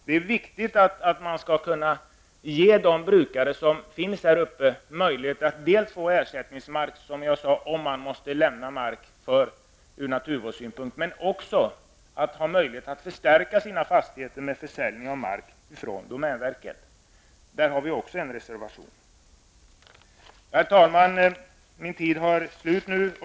Det är viktigt att de brukare som finns där uppe skall ges möjlighet dels att få ersättningsmark om de måste lämna mark i naturvårdssyfte, dels att kunna förstärka fastigheten genom försäljning av domänverkets mark. I detta sammanhang har vi också avgett en reservation. Herr talman! Min taletid är slut.